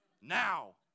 Now